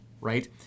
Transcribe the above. right